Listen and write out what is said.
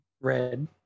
red